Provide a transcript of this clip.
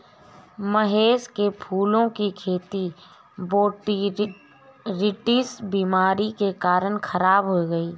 महेश के फूलों की खेती बोटरीटिस बीमारी के कारण खराब हो गई